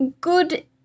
good